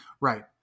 Right